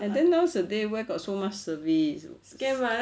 then nowadays where got so much service